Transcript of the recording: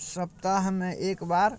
सप्ताहमे एकबेर